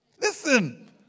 Listen